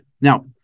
now